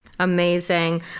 Amazing